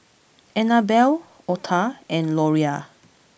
Annabel Otha and Loria